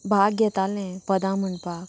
भाग घेतालें पदां म्हणपाक